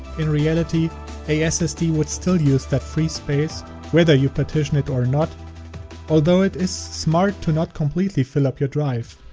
in reality a ssd would still use that free space wether you partition it or not although it is smart to not completely fill up the drive.